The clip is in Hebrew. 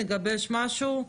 נגבש משהו,